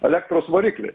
elektros variklį